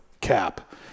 cap